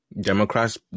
Democrats